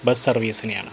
bus സർവീസിനെയാണ്